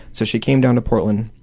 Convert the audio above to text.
so she came down to portland